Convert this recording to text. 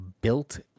Built